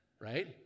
Right